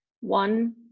one